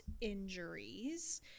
injuries